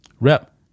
Rep